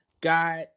got